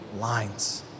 lines